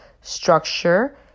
structure